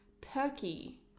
perky